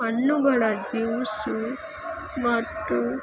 ಹಣ್ಣುಗಳ ಜ್ಯೂಸು ಮತ್ತು